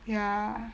ya